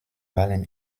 wahlen